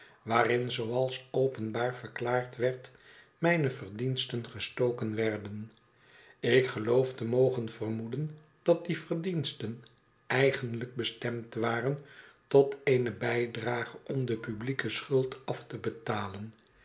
waarin zooals openbaar verklaard werd mijne verdiensten gestoken werden ik geloof te mogen vermoeden dat die verdiensten eigeniijk bestemd waren tot eene bijdrage om de publieke schuld af te betalen